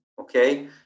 okay